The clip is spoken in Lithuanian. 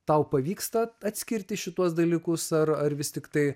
tau pavyksta atskirti šituos dalykus ar ar vis tiktai